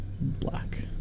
black